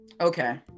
Okay